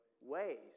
Ways